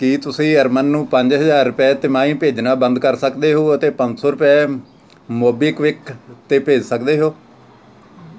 ਕੀ ਤੁਸੀਂ ਅਰਮਨ ਨੂੰ ਪੰਜ ਹਜ਼ਾਰ ਰੁਪਏ ਤਿਮਾਹੀ ਭੇਜਣਾ ਬੰਦ ਕਰ ਸਕਦੇ ਹੋ ਅਤੇ ਪੰਜ ਸੌ ਰੁਪਏ ਮੋਬੀਕਵਿਕ 'ਤੇ ਭੇਜ ਸਕਦੇ ਹੋ